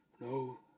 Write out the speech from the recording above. No